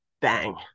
bang